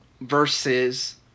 versus